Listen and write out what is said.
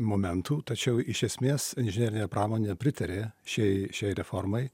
momentų tačiau iš esmės inžinerinė pramonė pritarė šiai šiai reformai